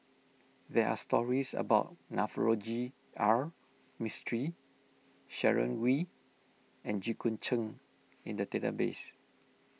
there are stories about Navroji R Mistri Sharon Wee and Jit Koon Ch'ng in the database